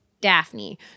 Daphne